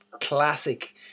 classic